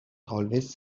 always